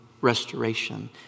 restoration